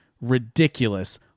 ridiculous